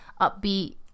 upbeat